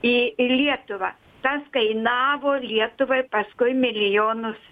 į į lietuvą tas kainavo lietuvai paskui milijonus